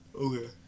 okay